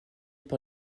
par